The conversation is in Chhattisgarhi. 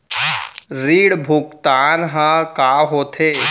ऋण भुगतान ह का होथे?